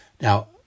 Now